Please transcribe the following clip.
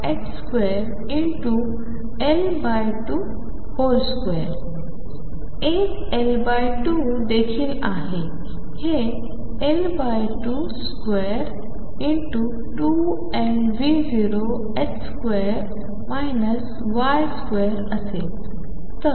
एक L2 देखील आहे हे L222mV02 Y2